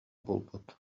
булбут